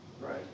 Right